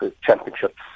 championships